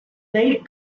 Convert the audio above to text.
late